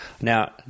Now